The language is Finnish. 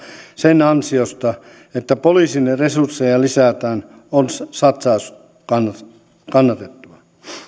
sen ansiosta että poliisin resursseja lisätään on satsaus kannattavaa